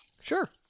sure